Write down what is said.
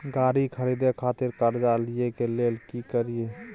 गाड़ी खरीदे खातिर कर्जा लिए के लेल की करिए?